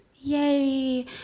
yay